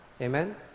Amen